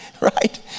right